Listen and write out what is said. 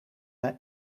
naar